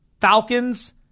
Falcons